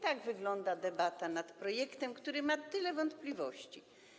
Tak wygląda debata nad projektem, który rodzi tyle wątpliwości.